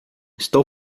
estou